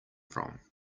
from